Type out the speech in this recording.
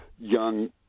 young